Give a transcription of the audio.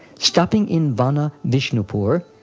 stopping in vana vishnupur,